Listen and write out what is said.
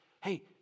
Hey